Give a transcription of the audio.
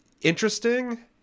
interesting